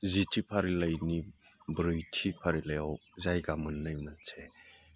जिथि फारिलाइनि ब्रैथि फारिलाइआव जायगा मोननाय मोनसे